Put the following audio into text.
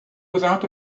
without